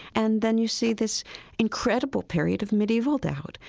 and then you see this incredible period of medieval doubt,